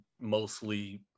mostly